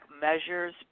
measures